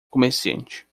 comerciante